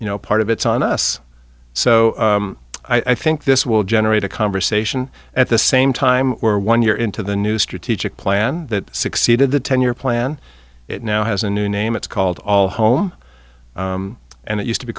you know part of it's on us so i think this will generate a conversation at the same time or one year into the new strategic plan that succeeded the ten year plan it now has a new name it's called all home and it used to be